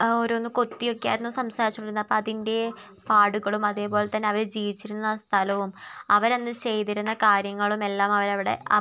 ഓരോന്നും കൊത്തിയൊക്കെ ആയിരുന്നു സംസാരിച്ചുകൊണ്ടിരുന്നത് അപ്പോൾ അതിൻ്റെ പാടുകളൂം അതേപോലെ തന്നെ അവർ ജീവിച്ചിരുന്ന ആ സ്ഥലവും അവർ അന്ന് ചെയ്തിരുന്ന കാര്യങ്ങളുമെല്ലാം അവരവിടെ